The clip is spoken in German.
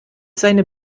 seine